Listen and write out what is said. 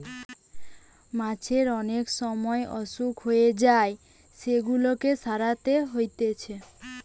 মাছের অনেক সময় অসুখ হয়ে যায় সেগুলাকে সারাতে হতিছে